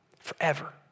forever